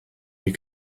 you